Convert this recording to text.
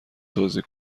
توزیع